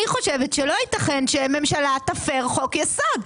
אני חושבת שלא יתכן שהממשלה תפר חוק-יסוד.